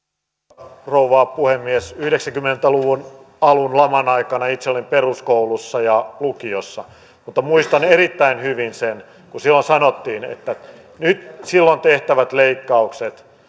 arvoisa rouva puhemies yhdeksänkymmentä luvun alun laman aikana itse olin peruskoulussa ja lukiossa mutta muistan erittäin hyvin sen kun silloin sanottiin että silloin tehtävät leikkaukset